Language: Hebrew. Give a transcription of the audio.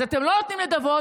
אז אתם לא נותנים נדבות.